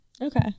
Okay